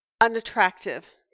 unattractive